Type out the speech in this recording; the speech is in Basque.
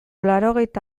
laurogeita